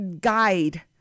guide